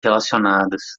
relacionadas